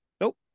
nope